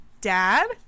Dad